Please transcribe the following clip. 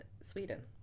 Sweden